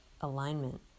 alignment